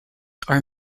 are